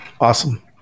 Awesome